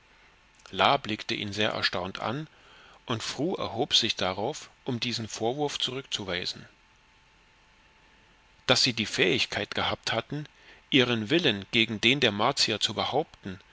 blickte ihn sehr erstaunt an und fru erhob sich darauf um diesen vorwurf zurückzuweisen daß sie die fähigkeit gehabt hatten ihren willen gegen den der martier zu behaupten